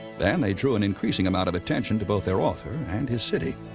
and they drew an increasing amount of attention to both their author and his city.